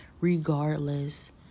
regardless